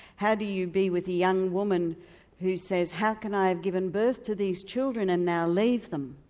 how do you be with a young woman who says how can i have given birth to these children and now leave them?